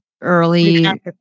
early